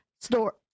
store